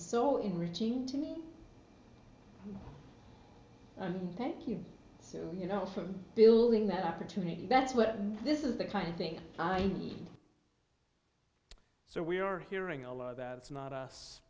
so enriching to me thank you so you know for building that opportunity that's what this is the kind of thing i need so we are hearing a lot of that it's not us